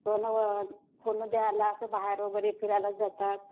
सोनं वा सोनं द्यायला असं बाहेर वगैरे फिरायला जातात